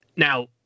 Now